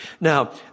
Now